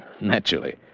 Naturally